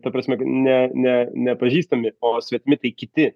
ta prasme ne ne nepažįstami o svetimi tai kiti